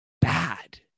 bad